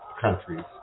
countries